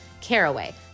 Caraway